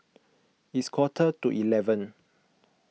its quarter to eleven